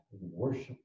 worship